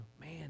Man